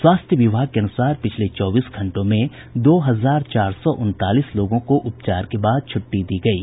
स्वास्थ्य विभाग के अनूसार पिछले चौबीस घंटों में दो हजार चार सौ उनतालीस लोगों को उपचार के बाद छूट्टी दी गयी